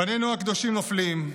בנינו הקדושים נופלים,